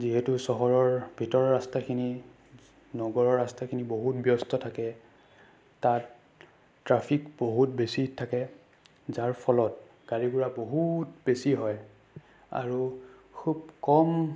যিহেতু চহৰৰ ভিতৰৰ ৰাস্তাখিনি নগৰৰ ৰাস্তাখিনি বহুত ব্যস্ত থাকে তাত ট্ৰাফিক বহুত বেছি থাকে যাৰ ফলত গাড়ী গোৰা বহুত বেছি হয় আৰু খুব কম